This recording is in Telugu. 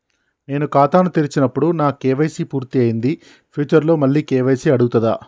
నేను ఖాతాను తెరిచినప్పుడు నా కే.వై.సీ పూర్తి అయ్యింది ఫ్యూచర్ లో మళ్ళీ కే.వై.సీ అడుగుతదా?